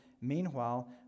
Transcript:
meanwhile